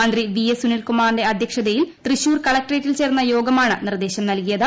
മന്ത്രി V S സുനിൽകുമാറിന്റെ അദ്ധ്യക്ഷതയിൽ തൃശൂർ കളക്ടറേറ്റിൽ ചേർന്ന യോഗമാണ് നിർദ്ദേശം നൽകിയത്